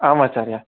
आम् आचार्य